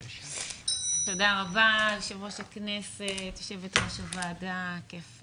תודה רבה, יושב-ראש הכנסת, יושבת-ראש הוועדה כיף